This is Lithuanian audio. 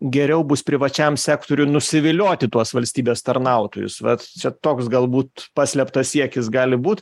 geriau bus privačiam sektoriui nusivilioti tuos valstybės tarnautojus vat čia toks galbūt paslėptas siekis gali būt